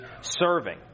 serving